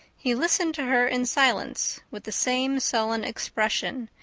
he listened to her in silence, with the same sullen expression,